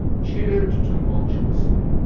cheered tumultuously.